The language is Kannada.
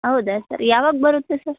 ಹೌದ ಸರ್ ಯಾವಾಗ ಬರುತ್ತೆ ಸರ್